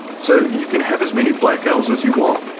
so you can have as many black elves as you want,